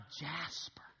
jasper